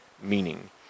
meaning